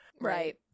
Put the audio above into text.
right